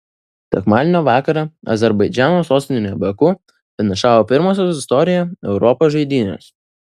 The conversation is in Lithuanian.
sekmadienio vakarą azerbaidžano sostinėje baku finišavo pirmosios istorijoje europos žaidynės